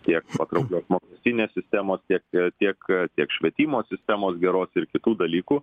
tiek patrauklios mokestinės sistemos tiek tiek tiek švietimo sistemos geros ir kitų dalykų